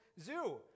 Zoo